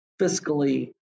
fiscally